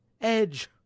Edge